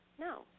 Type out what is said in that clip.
no